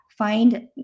find